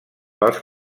pels